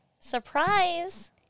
Surprise